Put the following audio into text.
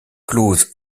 clauses